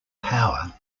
power